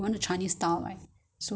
不然就是干干 mah